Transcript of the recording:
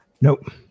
Nope